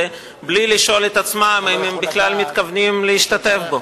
בלי לשאול את עצמם אם הם בכלל מתכוונים להשתתף בו.